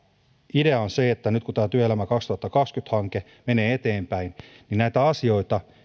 idea on se että nyt kun tämä työelämä kaksituhattakaksikymmentä hanke menee eteenpäin näitä asioita